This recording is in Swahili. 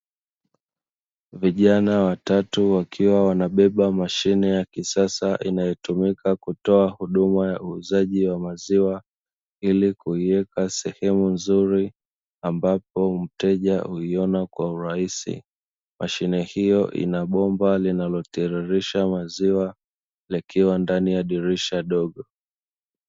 Vijana watatu wakiwa wanabeba mashine ya kisasa inayotumika kutoa huduma ya uuzaji wa maziwa ili kuiweka sehemu nzuri ambapo mteja huiona kwa urahisi. Mashine hiyo ina bomba linalotiririsha maziwa yakiwa ndani ya dirisha dogo.